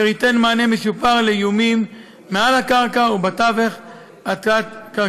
אשר ייתן מענה משופר לאיומים מעל הקרקע ובתווך התת-קרקעי.